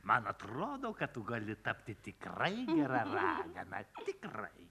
man atrodo kad tu gali tapti tikrai gera ragana tikrai